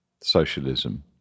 socialism